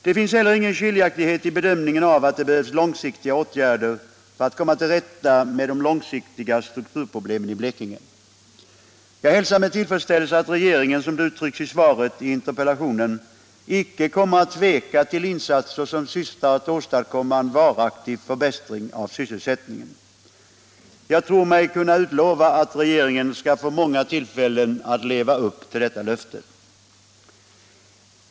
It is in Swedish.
Det finns heller ingen skiljaktighet i bedömningen av att det behövs långsiktiga åtgärder för att komma till rätta med de långsiktiga strukturproblemen i Blekinge. Jag hälsar med tillfredsställelse att regeringen, som det uttrycks i svaret, icke kommer att tveka om insatser som syftar till att åstadkomma en varaktig förbättring av sysselsättningen. Jag tror mig kunna utlova att regeringen skall få många tillfällen att leva upp till detta löfte.